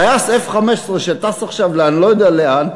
טייס 15-F שטס עכשיו אני לא יודע לאן,